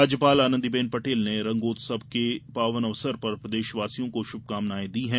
राज्यपाल आनंदीबेन पटेल ने रंगोत्सव के पावन अवसर पर प्रदेशवासियों को शुभकामनाएं दी हैं